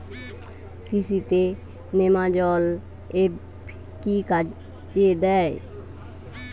কৃষি তে নেমাজল এফ কি কাজে দেয়?